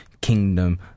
kingdom